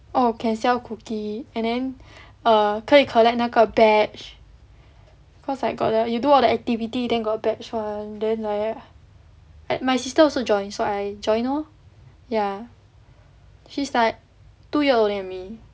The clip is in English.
oh can sell cookie and then err 可以 collect 那个 badge cause I got that you do all the activity then got badge [one] then like that my sister also join so I join lor ya she's like two year older than me